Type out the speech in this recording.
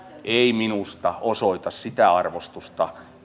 ei minusta osoita sitä arvostusta